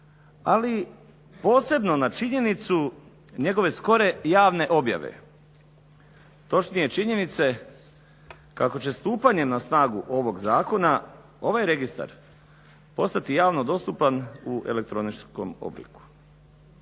Ali posebno na činjenicu njegove skore javne objave, točnije činjenice kako će stupanjem na snagu ovog zakona ovaj registar postati javno dostupan u elektroničkom obliku.